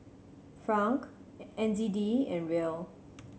Franc N Z D and Riel